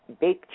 Big